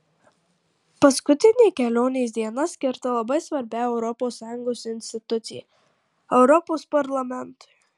paskutinė kelionės diena skirta labai svarbiai europos sąjungos institucijai europos parlamentui